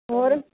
ਹੋਰ